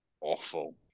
awful